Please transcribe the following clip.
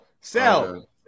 sell